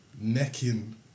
Necking